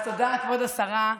אז תודה, כבוד השרה,